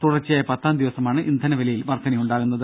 തുടർച്ചയായ പത്താം ദിവസമാണ് ഇന്ധനവിലയിൽ വർധനയുണ്ടാവുന്നത്